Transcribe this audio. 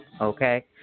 Okay